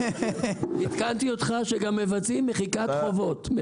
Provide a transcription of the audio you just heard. עדכנתי אותך שגם מבצעים מחיקת חובות.